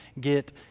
get